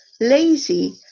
lazy